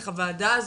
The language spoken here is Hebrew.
איך הוועדה הזו,